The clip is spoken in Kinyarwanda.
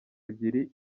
ebyiri